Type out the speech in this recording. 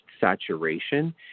saturation